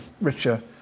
richer